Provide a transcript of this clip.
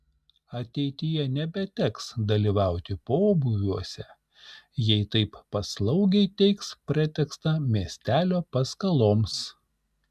ateityje nebeteks dalyvauti pobūviuose jei taip paslaugiai teiks pretekstą miestelio paskaloms